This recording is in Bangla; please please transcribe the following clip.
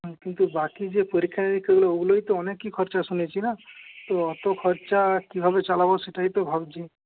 কিন্তু যে বাকি যে পরীক্ষা নিরীক্ষা ওইগুলো তো অনেকই খরচা শুনেছি না তো অত খরচা কীভাবে চালাব সেটাই তো ভাবছি